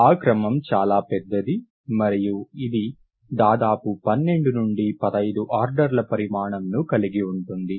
ఆ క్రమం చాలా పెద్దది మరియు ఇది దాదాపు 12 15 ఆర్డర్ల పరిమాణం ని కలిగి ఉంటుంది